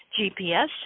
gps